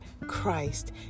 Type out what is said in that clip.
Christ